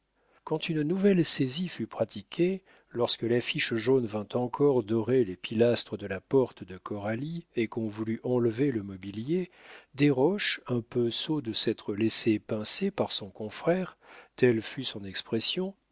quand une nouvelle saisie fut pratiquée lorsque l'affiche jaune vint encore dorer les pilastres de la porte de coralie et qu'on voulut enlever le mobilier desroches un peu sot de s'être laissé pincer par son confrère telle fut son expression